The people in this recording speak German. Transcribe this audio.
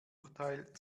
urteil